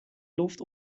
loft